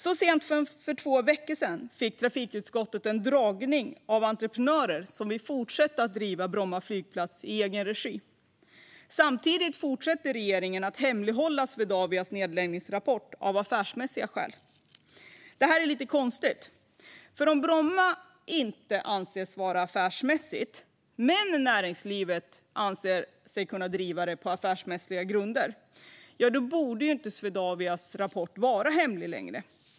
Så sent som för två veckor sedan fick trafikutskottet en dragning av entreprenörer som vill fortsätta att driva Bromma flygplats i egen regi. Samtidigt fortsätter regeringen att hemlighålla Swedavias nedläggningsrapport av affärsmässiga skäl. Det här är lite konstigt, för om Bromma flygplats inte anses vara affärsmässig men näringslivet tror sig kunna driva den vidare på affärsmässiga grunder borde Swedavias rapport inte behöva vara hemlig längre.